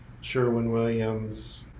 Sherwin-Williams